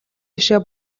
жишээ